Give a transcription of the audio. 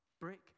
Brick